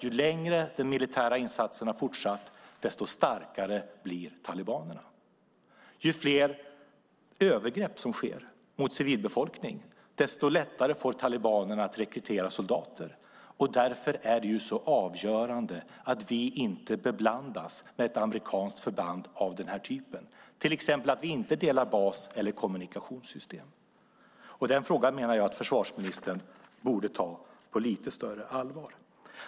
Ju längre den militära insatsen har fortsatt, desto starkare har nämligen talibanerna blivit. Ju fler övergrepp som sker mot civilbefolkningen, desto lättare får talibanerna att rekrytera soldater. Därför är det så avgörande att vi inte beblandar oss med ett amerikanskt förband av denna typ. Vi ska till exempel inte dela bas eller kommunikationssystem med dem. Denna fråga menar jag att försvarsministern borde ta på lite större allvar.